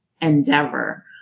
endeavor